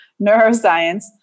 neuroscience